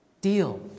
deal